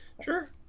Sure